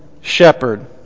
shepherd